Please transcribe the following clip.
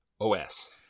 OS